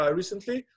recently